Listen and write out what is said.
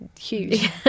huge